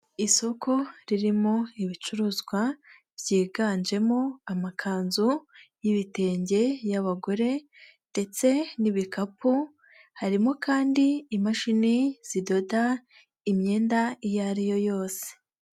Isoko ririmo ibicuruzwa, byiganjemo amakanzu y'ibitenge y'abagore ndetse n'ibikapu, harimo kandi imashini zidoda imyenda iyo ariyo yose.